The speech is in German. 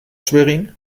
schwerin